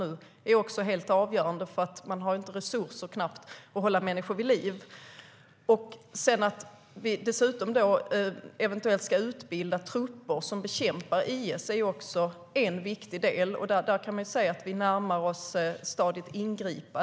Det är helt avgörande, för det finns knappt resurser till att hålla människor vid liv. Dessutom ska det eventuellt utbildas trupper som bekämpar IS. Det är också en viktig del, och där kan man se att det närmar sig stadiet för ingripande.